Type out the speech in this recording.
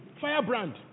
Firebrand